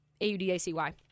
a-u-d-a-c-y